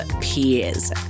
Peers